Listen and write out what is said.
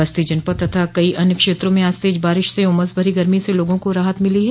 बस्ती जनपद तथा कई अन्य क्षेत्रों में आज तेज बारिश से उमस भरी गर्मी से लोगों को राहत मिली है